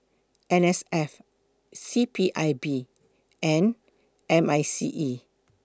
N S F C P I B and M I C E